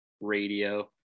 radio